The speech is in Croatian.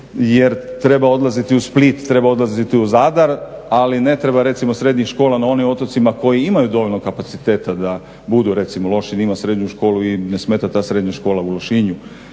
jer treba odlaziti u Split, treba odlaziti u Zadar ali ne treba recimo srednjih škola na onim otocima koji imaju dovoljno kapaciteta da budu recimo loši, da ima srednju školu i ne smeta ta srednja škola u Lošinju.